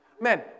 Men